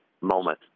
moment